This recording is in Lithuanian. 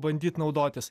bandyt naudotis